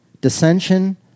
dissension